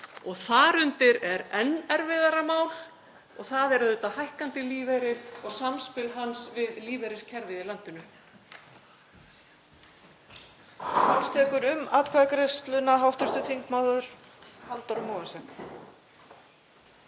og þar undir er enn erfiðara mál og það er auðvitað hækkandi lífeyrir og samspil hans við lífeyriskerfið í landinu.